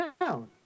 down